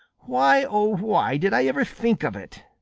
why, oh, why did i ever think of it?